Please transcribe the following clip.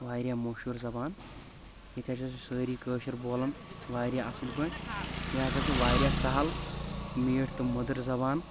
واریاہ مشہوٗر زبان ییٚتہِ ہسا چھِ سٲری کٲشِر بولان واریاہ اصل پٲٹھۍ یہِ ہسا چھِ واریاہ سہل میٖٹھ تہٕ مٔدٕر زبان